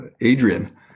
Adrian